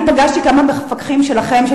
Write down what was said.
אני פגשתי כמה מפקחים שלכם,